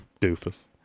Doofus